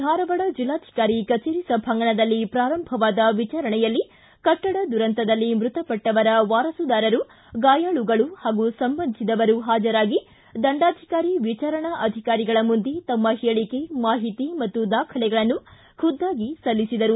ಧಾರವಾಡ ಜಿಲ್ಲಾಧಿಕಾರಿ ಕಚೇರಿ ಸಭಾಂಗಣದಲ್ಲಿ ಪ್ರಾರಂಭವಾದ ವಿಚಾರಣೆಯಲ್ಲಿ ಕಟ್ಟಡ ದುರಂತದಲ್ಲಿ ಮೃತಪಟ್ಟವರ ವಾರಸುದಾರರು ಗಾಯಾಳುಗಳು ಹಾಗೂ ಸಂಬಂಧಿಸಿದವರು ಹಾಜರಾಗಿ ದಂಡಾಧಿಕಾರಿ ವಿಚಾರಣಾ ಅಧಿಕಾರಿಗಳ ಮುಂದೆ ತಮ್ಮ ಹೇಳಿಕೆ ಮಾಹಿತಿ ಮತ್ತು ದಾಖಲೆಗಳನ್ನು ಖುದ್ದಾಗಿ ಸಲ್ಲಿಸಿದರು